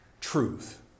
truth